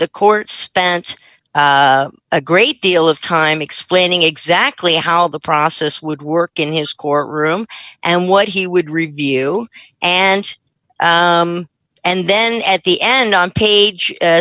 the court spent a great deal of time explaining exactly how the process would work in his courtroom and what he would review and and then at the end on page